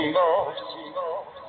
lost